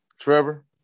Trevor